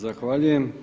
Zahvaljujem.